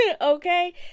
okay